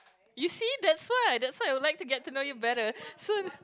you see that's why that's why I would like to get to know you better so